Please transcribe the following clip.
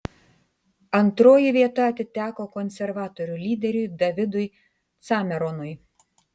antroji vieta atiteko konservatorių lyderiui davidui cameronui